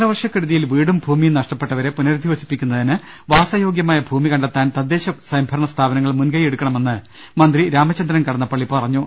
കാലവർഷക്കെടുതിയിൽ വീടും ഭൂമിയും നഷ്ടപ്പെട്ട വരെ പുനരധിവസിപ്പിക്കുന്നതിന് വാസയോഗ്യമായ ഭൂമി കണ്ടെത്താൻ തദ്ദേശ സ്വയംഭരണ സ്ഥാപനങ്ങൾ മുൻകൈയ്യെടുക്കണമെന്ന് മന്ത്രി രാമചന്ദ്രൻ കടന്നപ്പള്ളി പറഞ്ഞു